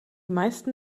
meisten